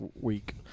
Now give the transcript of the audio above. week